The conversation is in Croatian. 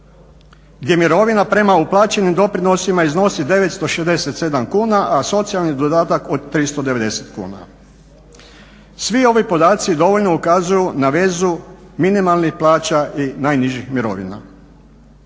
gdje mirovina prema uplaćenim doprinosima iznosi 967 kuna, a socijalni dodatak od 390 kuna. Svi ovi podaci dovoljno ukazuju na vezu minimalnih plaća i najnižih mirovina.